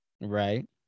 Right